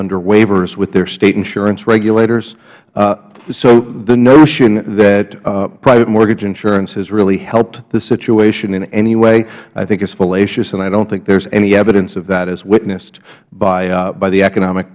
under waivers with their state insurance regulators so the notion that private mortgage insurance has really helped the situation in any way i think is fallacious and i don't think there is any evidence of that as witnessed by the economic